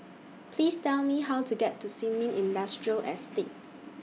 Please Tell Me How to get to Sin Ming Industrial Estate